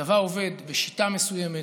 צבא עובד בשיטה מסוימת,